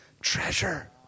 treasure